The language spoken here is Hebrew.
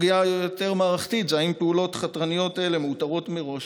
סוגיה יותר מערכתית: האם פעולות חתרניות אלו מאותרות מראש?